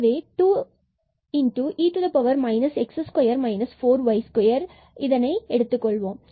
எனவே 2e x2 4y2 இதை இங்கு செய்வோம்